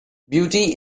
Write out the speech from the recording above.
beauty